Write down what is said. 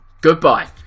goodbye